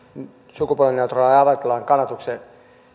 sukupuolineutraalin avioliittolain kannatuksen